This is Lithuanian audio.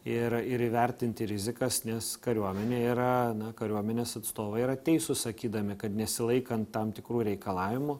ir ir įvertinti rizikas nes kariuomenė yra na kariuomenės atstovai yra teisūs sakydami kad nesilaikant tam tikrų reikalavimų